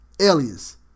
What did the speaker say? Aliens